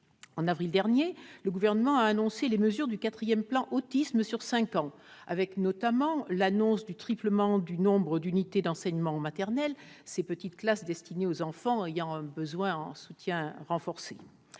En avril dernier, le Gouvernement a annoncé les mesures du quatrième plan Autisme mis en place sur cinq ans, notamment le triplement du nombre d'unités d'enseignement en maternelle, ces petites classes destinées aux enfants ayant besoin d'un soutien renforcé.